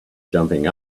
jumping